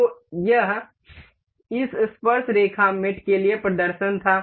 तो यह इस स्पर्शरेखा मेट के लिए प्रदर्शन था